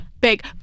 big